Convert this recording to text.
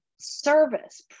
service